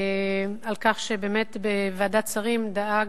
על כך שבאמת בוועדת שרים דאג,